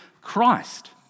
Christ